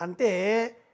ante